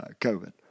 COVID